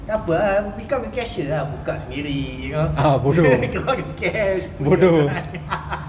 tak [pe] ah become the cashier ah buka sendiri you know take out the cash